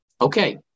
Okay